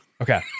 Okay